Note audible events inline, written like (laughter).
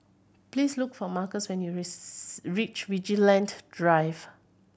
please look for Marques when you (unintelligible) reach Vigilante Drive